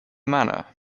manner